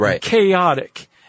chaotic